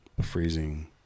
freezing